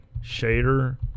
shader